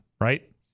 right